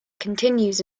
continues